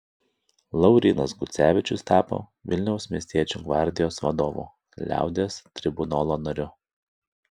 laurynas gucevičius tapo vilniaus miestiečių gvardijos vadovu liaudies tribunolo nariu